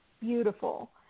beautiful